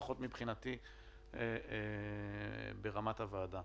לפחות מבחינתי ברמת הוועדה.